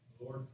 Lord